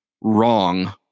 wrong